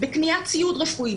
בקניית ציוד רפואי,